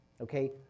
Okay